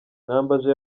nambaje